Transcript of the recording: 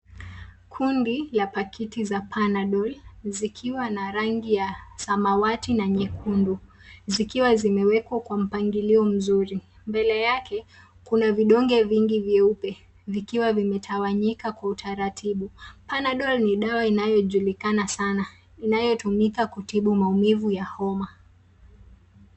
Kundi la pakiti za panadol zikiwa na rangi ya samawati na nyekundu zikiwa zimewekwa kwa mpangilio mzuri. Mbele yake kuna vidonge vingi vyeupe vikiwa vimetawanyika kwa utaratibu. Panadol ni dawa inayojulikana sana inayo tumika kutibu maumivu ya homa.